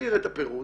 אני אראה את הפירוט,